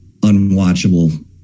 unwatchable